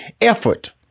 effort